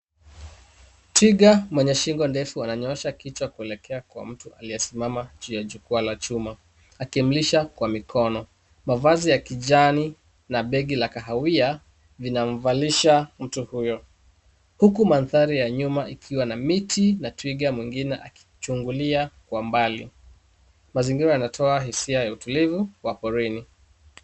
TTwiga mwenye shingo ndefu ananyoosha kichwa kuelekea kwa mtu aliyesimama juu ya jukwaa la chuma akimlisha kwa mikono. Mavazi ya kijani na begi la kahawia vinamvalisha mtu huyo. Huku mandhari ya nyuma ikiwa na miti na twiga mwingine akichungulia kwa mbali. Mazingira yanatoa hisia ya utulivu wa porini.